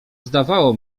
zdawało